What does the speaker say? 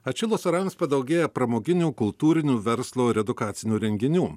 atšilus orams padaugėja pramoginių kultūrinių verslo ir edukacinių renginių